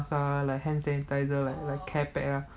masks ah like hand sanitiser like like care pack lah